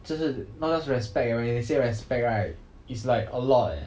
这是 not just respect eh when they say respect right it's like a lot eh